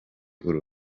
uru